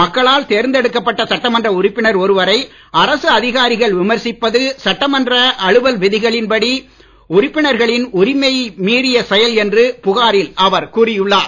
மக்களால் தேர்ந்தெடுக்கப்பட்ட சட்டமன்ற உறுப்பினர் ஒருவரை அரசு அதிகாரிகள் விமர்சிப்பது சட்டமன்ற அலுவல் விதிகளின் படி உறுப்பினர்களின் உரிமையை மீறும் செயல் என்று புகாரில் அவர் கூறியுள்ளார்